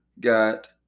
got